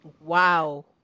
Wow